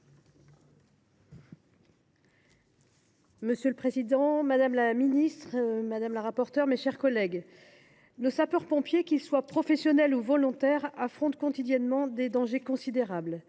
Monsieur le président, madame la ministre, mes chers collègues, nos sapeurs pompiers, professionnels ou volontaires, affrontent quotidiennement des dangers considérables.